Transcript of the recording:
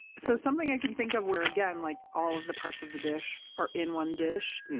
so something i can think of where again like all of the parts of the dish are in one dish,